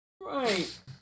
Right